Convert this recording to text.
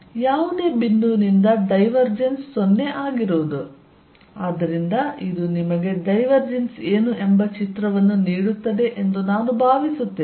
ಆದ್ದರಿಂದ ಯಾವುದೇ ಬಿಂದುವಿನಿಂದ ಡೈವರ್ಜೆನ್ಸ್ 0 ಆಗಿರುವುದು ಆದ್ದರಿಂದ ಇದು ನಿಮಗೆ ಡೈವರ್ಜೆನ್ಸ್ ಏನು ಎಂಬ ಚಿತ್ರವನ್ನು ನೀಡುತ್ತದೆ ಎಂದು ನಾನು ಭಾವಿಸುತ್ತೇನೆ